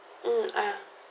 mm ah